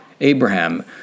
Abraham